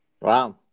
Wow